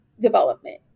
development